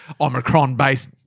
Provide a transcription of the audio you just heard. Omicron-based